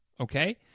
Okay